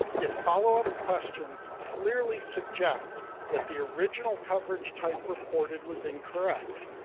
if follow-up questions clearly suggest that the original coverage type reported was incorrect,